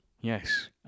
Yes